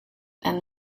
and